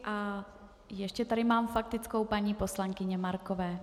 A ještě tady mám faktickou paní poslankyně Markové.